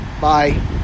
bye